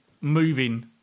Moving